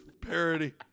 parody